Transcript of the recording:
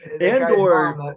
Andor